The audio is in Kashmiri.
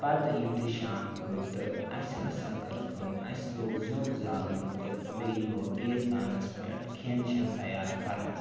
پَتہٕ یُتھُے شام گوٚو تہٕ اَسہِ ہَسا کٔر کٲم اَسہِ لوگ زیُن زالُن تہٕ بیٚیہِ لوگ گیس دانَس پٮ۪ٹھ کھٮ۪ن چٮ۪ن تیار کَرُن